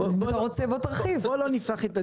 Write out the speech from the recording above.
בואו לא נפתח את הדיון הזה.